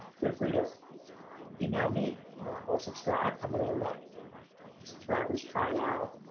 feel free to email me or subscribe. i'm gonna let subscribers try it out,